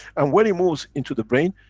and when it moves into the brain,